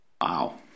Wow